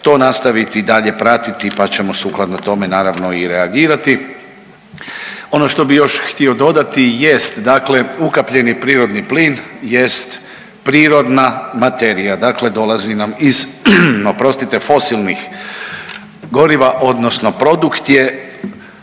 to nastaviti i dalje pratiti pa ćemo sukladno tome naravno i reagirati. Ono što bih još htio dodati jest dakle, ukapljeni prirodni plin jest prirodna materija, dakle dolazi nam iz, oprostite, fosilnih goriva odnosno produkt je